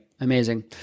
Amazing